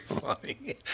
funny